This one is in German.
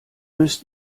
müsst